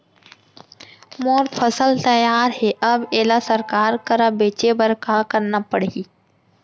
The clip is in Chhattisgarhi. मोर फसल तैयार हे अब येला सरकार करा बेचे बर का करना पड़ही?